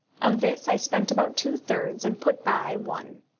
of this i spent about two-thirds, and put by one.